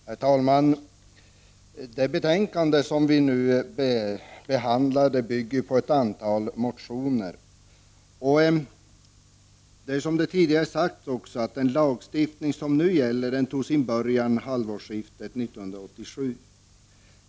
Herr talman! Det betänkande som vi nu behandlar bygger på ett antal motioner. Som tidigare sagts, började den lagstiftning som nu gäller att tillämpas vid halvårsskiftet 1987.